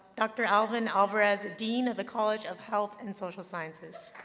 dr. alvin alvarez, dean of the college of health and social sciences.